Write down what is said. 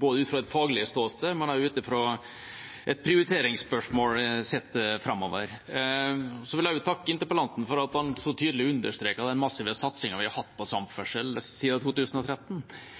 både ut fra et faglig ståsted og også ut fra et prioriteringsspørsmål, sett framover. Så vil jeg også takke interpellanten for at han så tydelig understreket den massive satsingen vi har hatt på samferdsel siden 2013,